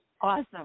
awesome